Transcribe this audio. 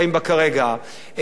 איננו ניתן לבדיקה